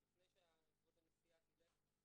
לפני שכבוד הנשיאה תלך,